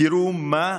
תראו מה,